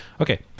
Okay